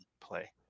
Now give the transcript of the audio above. play